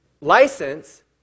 license